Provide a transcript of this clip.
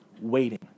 waiting